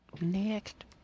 Next